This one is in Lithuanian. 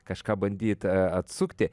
kažką bandyt atsukti